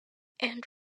and